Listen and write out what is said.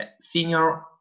senior